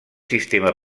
sistema